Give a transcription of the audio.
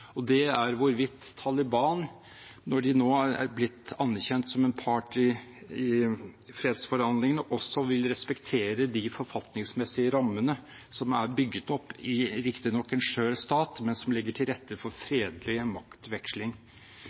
hvorvidt Taliban, når de nå er blitt anerkjent som en part i fredsforhandlingene, vil respektere de forfatningsmessige rammene som er bygget opp, riktignok i en skjør stat, men som legger til rette for fredelig maktveksling.